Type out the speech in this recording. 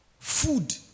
Food